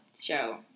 show